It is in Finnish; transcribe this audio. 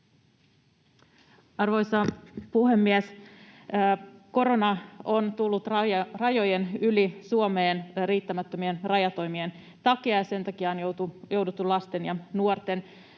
Arvoisa puhemies! Korona on tullut rajojen yli Suomeen riittämättömien rajatoimien takia, ja sen takia aikaisemmin on jouduttu